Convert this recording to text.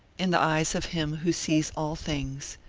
in the eyes of him who sees all things,